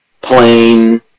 plain